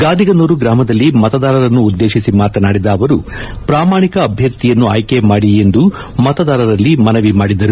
ಗಾದಿಗನೂರು ಗ್ರಾಮದಲ್ಲಿ ಮತದಾರರನ್ನು ಉದ್ದೇಶಿಸಿ ಮಾತನಾಡಿದ ಅವರು ಪ್ರಾಮಾಣಿಕ ಅಭ್ಯರ್ಥಿಯನ್ನು ಆಯ್ಕೆ ಮಾಡಿ ಎಂದು ಮತದಾರರಲ್ಲಿ ಮನವಿ ಮಾಡಿದರು